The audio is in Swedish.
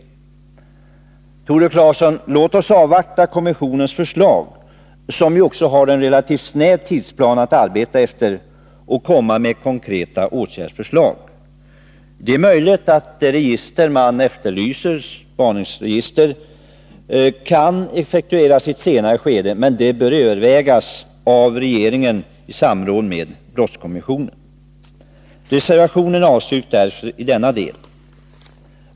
Låt oss, Onsdagen den Tore Claeson, avvakta förslagen från kommissionen, som ju har en relativt 20 april 1983 snäv tidsplan att arbeta efter, innan vi lägger fram konkreta åtgärdsförslag. Det är möjligt att önskemålet om spaningsregister kan effektueras i ett senare skede, men frågan bör övervägas av regeringen i samråd med brottskommissionen. Mot denna bakgrund avstyrks reservationen i denna del.